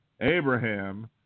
Abraham